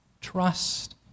trust